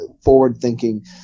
forward-thinking